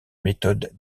méthodes